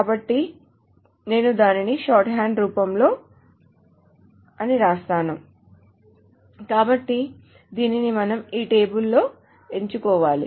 కాబట్టి నేను దానిని షార్ట్ హ్యాండ్ రూపం లో అని వ్రాస్తాను కాబట్టి దీనిని మనం ఈ టేబుల్ లో ఎంచుకోవాలి